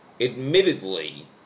admittedly